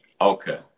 Okay